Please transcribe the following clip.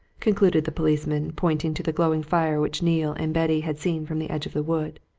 concluded the policeman, pointing to the glowing fire which neale and betty had seen from the edge of the wood,